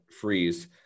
freeze